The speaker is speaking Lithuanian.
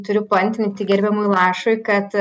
turiu paantrinti gerbiamui lašui kad